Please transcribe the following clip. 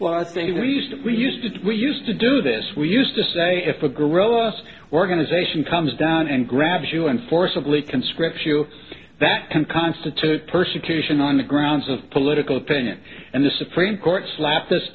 well i think we used to we used to we used to do this we used to say if a guerrilla organization comes down and grabs you and forcibly conscript you that can constitute persecution on the grounds of political opinion and the supreme court slapped this